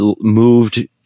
moved